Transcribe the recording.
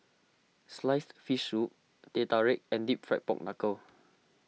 Sliced Fish Soup Teh Tarik and Deep Fried Pork Knuckle